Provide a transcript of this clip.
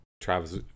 Travis